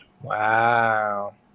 Wow